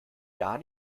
gar